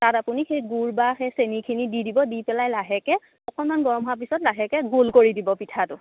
তাত আপুনি সেই গুড় বা সেই চেনিখিনি দি দিব দি পেলাই লাহেকৈ অকণমান গৰম হোৱা পাছত লাহেকৈ গোল কৰি দিব পিঠাটো